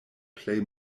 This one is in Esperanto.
plej